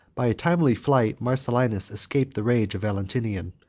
by a timely flight, marcellinus escaped the rage of valentinian,